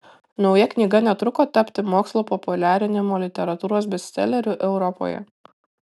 nauja knyga netruko tapti mokslo populiarinimo literatūros bestseleriu europoje